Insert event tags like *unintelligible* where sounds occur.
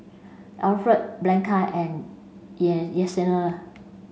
Alfred Bianca and *unintelligible* Yessenia